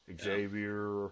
Xavier